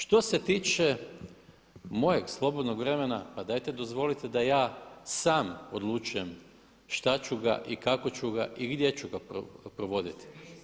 Što se tiče mojeg slobodnog vremena, pa dajte dozvolite da ja sam odlučujem šta ću ga i kako ću ga i gdje ću ga provoditi.